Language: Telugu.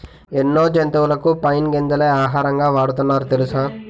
ఎన్నో జంతువులకు పైన్ గింజలే ఆహారంగా వాడుతున్నారు తెలుసా?